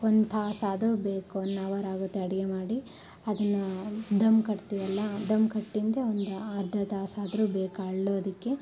ಒಂದು ತಾಸು ಆದರೂ ಬೇಕು ಒನ್ ಅವರ್ ಆಗುತ್ತೆ ಅಡುಗೆ ಮಾಡಿ ಅದನ್ನ ಧಮ್ ಕಟ್ತೀವಲ್ಲ ಧಮ್ ಕಟ್ಟಿದ್ದು ಒಂದು ಅರ್ಧ ತಾಸು ಆದರೂ ಬೇಕು ಅರಳೋದಕ್ಕೆ